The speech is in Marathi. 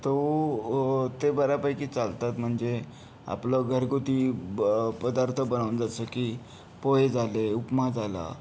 तो ते बऱ्यापैकी चालतात म्हणजे आपलं घरगुती ब पदार्थ बनवून जसं की पोहे झाले उपमा झाला